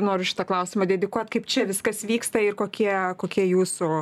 noriu šitą klausimą dedikuot kaip čia viskas vyksta ir kokie kokie jūsų